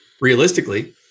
realistically